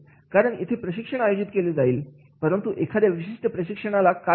कारण येथे प्रशिक्षण आयोजित केले जाईल परंतु एखाद्या विशिष्ट प्रशिक्षणार्थी ला काय पाहिजे